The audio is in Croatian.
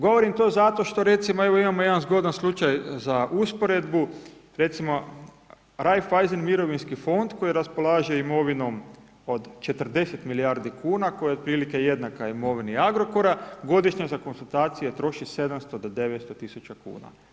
Govorim to zato što recimo, evo imamo jedan zgodan slučaj za usporedbu, recimo Raiffeisen mirovinski fond, koji raspolaže imovinom od 40 milijardi kuna, koja je otprilike jednaka imovini Agrokora, godišnje za konzultacije troši 700-900 tisuća kuna.